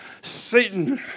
Satan